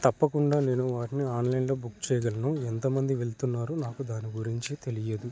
తప్పకుండా నేను వాటిని ఆన్లైన్లో బుక్ చెయ్యగలను ఎంతో మంది వెళ్తున్నారో నాకు దాని గురించి తెలియదు